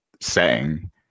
setting